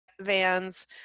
vans